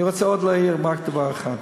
אני רוצה עוד להעיר רק דבר אחד: